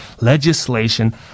legislation